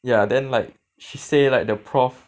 ya then like she say like the prof